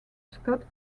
scott